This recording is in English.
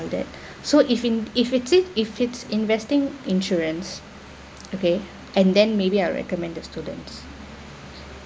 that so if in if is it if it's investing insurance okay and then maybe I will recommend to students